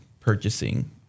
purchasing